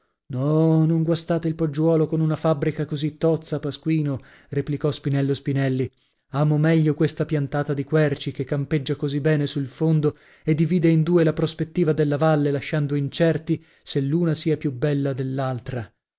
no non guastate il poggiuolo con una fabbrica così tozza pasquino replicò spinello spinelli amo meglio questa piantata di querci che campeggia così bene sul fondo e divide in due la prospettiva della valle lasciando incerti se l'una sia più bella dell'altra